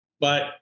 but-